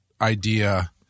idea